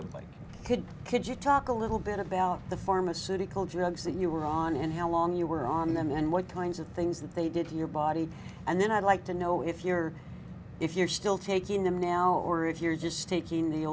only could could you talk a little bit about the pharmaceutical drugs that you were on and how long you were on them and what kinds of things that they did to your body and then i'd like to know if you're if you're still taking them now or if you're just taking the